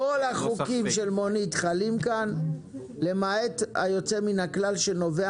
כל החוקים של מונית חלים כאן למעט היוצא מן הכלל שנובע